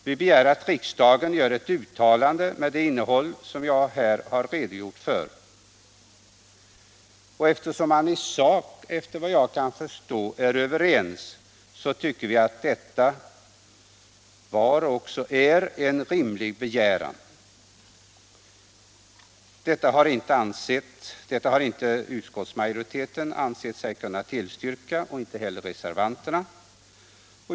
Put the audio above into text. Vi begär att riksdagen gör ett uttalande med det innehåll som jag här har redogjort för. Eftersom man i sak, såvitt jag kan förstå, är överens, så tycker vi att detta var och är en rimlig begäran. Detta har inte utskottsmajoriteten ansett sig kunna tillstyrka — och inte heller reservanterna.